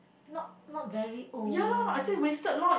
not not very old leh